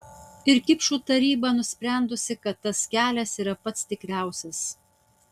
ir kipšų taryba nusprendusi kad tas kelias yra pats tikriausias